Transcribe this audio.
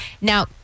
Now